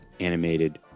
animated